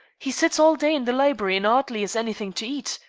he sits all day in the library and ardly has anything to eat.